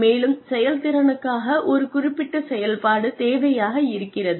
மேலும் செயல்திறனுக்காக ஒரு குறிப்பிட்ட செயல்பாடு தேவையாக இருக்கிறது